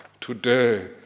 Today